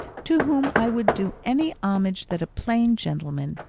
to whom i would do any homage that a plain gentleman,